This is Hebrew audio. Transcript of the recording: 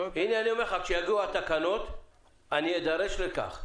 הנה אני אומר לך, כשיגיעו התקנות אני אדרש לכך.